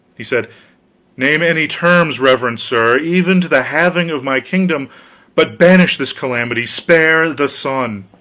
he said name any terms, reverend sir, even to the halving of my kingdom but banish this calamity, spare the sun!